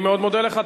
אני מאוד מודה לך.